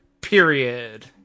period